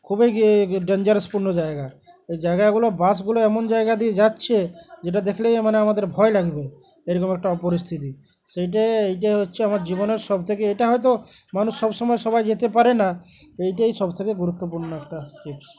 খুবই ডেঞ্জারাসপূর্ণ জায়গা এই জায়গাগুলো বাসগুলো এমন জায়গা দিয়ে যাচ্ছে যেটা দেখলেই মানে আমাদের ভয় লাগবে এরকম একটা অপরিস্থিতি সেইটাই এইটাই হচ্ছে আমার জীবনের সব থেকে এটা হয়তো মানুষ সব সময় সবাই যেতে পারে না এইটাই সব থেকে গুরুত্বপূর্ণ একটা চ টিপস